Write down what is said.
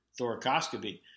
thoracoscopy